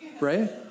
right